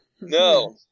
No